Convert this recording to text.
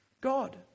God